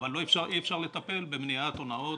אבל אי אפשר לטפל במניעת הונאות,